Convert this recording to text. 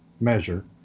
measure